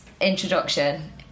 introduction